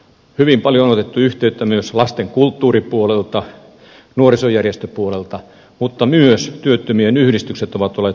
hyvin paljon on otettu yhteyttä myös lasten kulttuuripuolelta nuorisojärjestöpuolelta mutta myös työttömien yhdistykset ovat olleet huolissaan